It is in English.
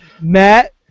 Matt